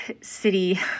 City